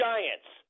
Giants